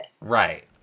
Right